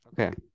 Okay